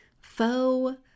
Faux